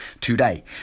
today